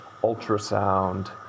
ultrasound